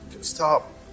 Stop